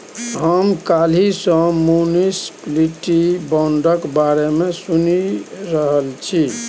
हम काल्हि सँ म्युनिसप्लिटी बांडक बारे मे सुनि रहल छी